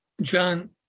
John